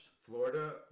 Florida